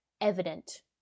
evident